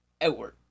outward